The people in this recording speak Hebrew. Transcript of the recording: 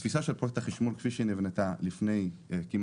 התפיסה של פרויקט החשמול כפי שהיא נבנתה לפני כמעט